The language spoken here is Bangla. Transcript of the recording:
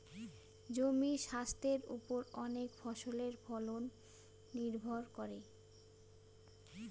জমির স্বাস্থের ওপর অনেক ফসলের ফলন নির্ভর করে